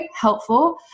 helpful